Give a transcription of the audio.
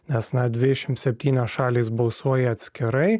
nes na dvidešim septynios šalys balsuoja atskirai